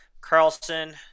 carlson